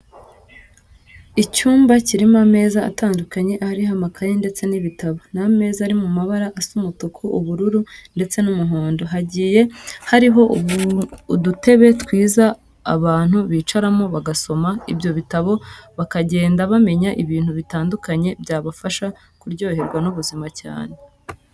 Icyumba kirimo ameza atandukanye ariho amakaye ndetse n'ibitabo. Ni ameza ari mu mabara asa umutuku, ubururu ndetse n'umuhondo. Hagiye hariho udutebe twiza abantu bicaramo bagasoma ibyo bitabo bakagenda bamenya ibintu bitandukanye byabafasha kuryoherwa n'ubuzima cyane.